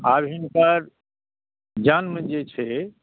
आब हिनकर जन्म जे छै